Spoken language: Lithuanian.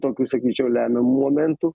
tokių sakyčiau lemiamų momentų